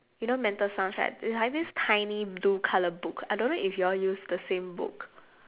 you know mental sums right the~ have this tiny blue colour book I don't know if you all used the same book